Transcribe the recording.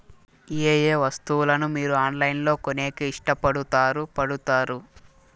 ఏయే వస్తువులను మీరు ఆన్లైన్ లో కొనేకి ఇష్టపడుతారు పడుతారు?